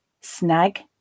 snag